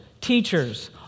teachers